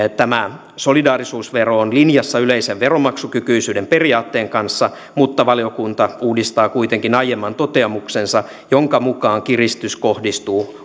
tämä solidaarisuusvero on linjassa yleisen veronmaksukykyisyyden periaatteen kanssa mutta valiokunta uudistaa kuitenkin aiemman toteamuksensa jonka mukaan kiristys kohdistuu